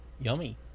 Yummy